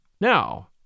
Now